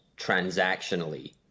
transactionally